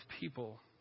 people